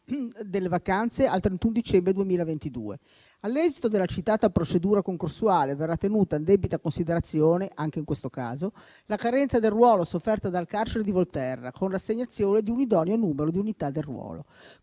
delle vacanze al 31 dicembre 2022. All'esito della citata procedura concorsuale verrà tenuta in debita considerazione, anche in questo caso, la carenza del ruolo sofferta dal carcere di Volterra, con l'assegnazione di un idoneo numero di unità del ruolo.